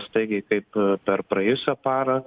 staigiai kaip per praėjusią parą